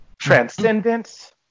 transcendence